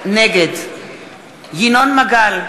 נגד ינון מגל,